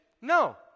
No